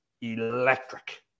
electric